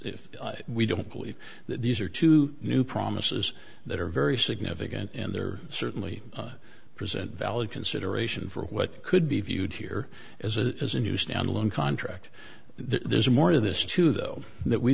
if we don't believe that these are two new promises that are very significant and they're certainly present valid consideration for what could be viewed here as a as a new standalone contract there's more to this too though that we